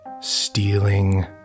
stealing